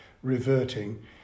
reverting